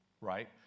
right